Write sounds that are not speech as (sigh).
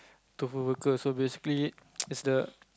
Tofu burger so basically (noise) is the